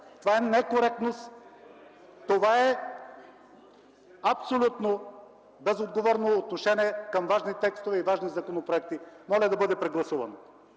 Това е некоректност. Това е абсолютно безотговорно отношение към важни текстове и важни законопроекти. Моля да бъде прегласувано.